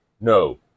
no